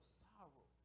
sorrow